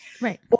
Right